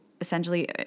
essentially